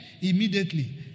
immediately